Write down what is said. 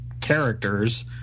characters